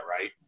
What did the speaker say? Right